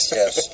yes